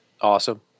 awesome